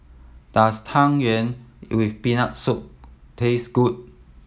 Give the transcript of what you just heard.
does Tang Yuen with Peanut Soup taste good